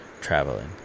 traveling